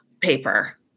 Paper